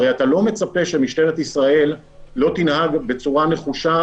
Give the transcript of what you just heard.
הרי אתה לא מצפה שמשטרת ישראל לא תנהג בצורה נחושה